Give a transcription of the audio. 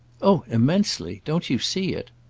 oh immensely. don't you see it?